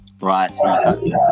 Right